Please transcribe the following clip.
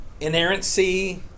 Inerrancy